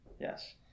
yes